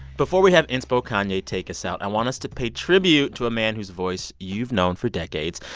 before we have inspo kanye take us out, i want us to pay tribute to a man whose voice you've known for decades.